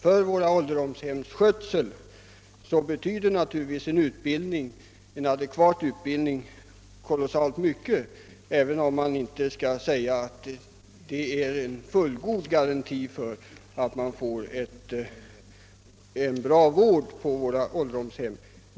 För ålderdomshemmens skötsel betyder en adekvat utbildning kolossalt mycket, även om den givetvis inte är en fullgod garanti för att åldringarna där får en bra vård.